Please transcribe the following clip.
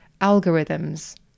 algorithms